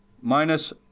minus